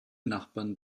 nachbarn